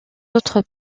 autres